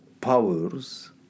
powers